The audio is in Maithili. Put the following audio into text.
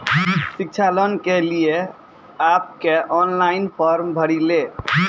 शिक्षा लोन के लिए आप के ऑनलाइन फॉर्म भरी ले?